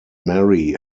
mary